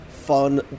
fun